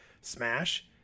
smash